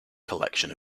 collection